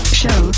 show